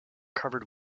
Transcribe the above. covered